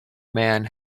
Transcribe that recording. man